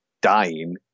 dying